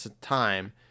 time